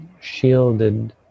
shielded